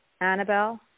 Annabelle